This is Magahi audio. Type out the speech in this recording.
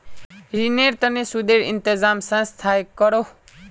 रिनेर तने सुदेर इंतज़ाम संस्थाए करोह